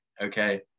Okay